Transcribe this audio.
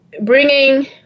bringing